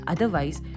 Otherwise